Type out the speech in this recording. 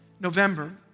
November